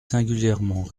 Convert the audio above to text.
singulièrement